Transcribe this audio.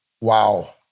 Wow